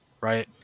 right